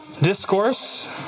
discourse